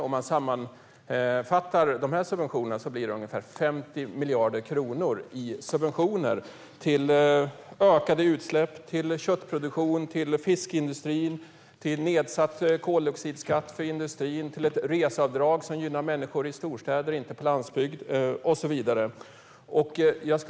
Om man sammanfattar de subventionerna blir det ungefär 50 miljarder kronor i subventioner till ökade utsläpp, till köttproduktion, till fiskeindustrin, till nedsatt koldioxidskatt för industrin, till ett reseavdrag som gynnar människor i storstäder men inte på landsbygd och så vidare.